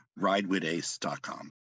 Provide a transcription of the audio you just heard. ridewithace.com